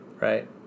Right